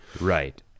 Right